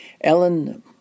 Ellen